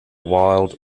wild